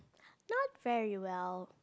not very well